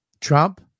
Trump